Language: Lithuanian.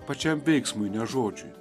pačiam veiksmui nes žodžiui